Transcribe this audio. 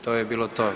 To je bilo to.